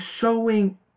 showing